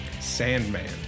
Sandman